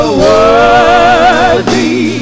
worthy